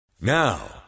Now